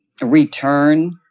return